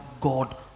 God